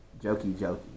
jokey-jokey